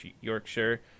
Yorkshire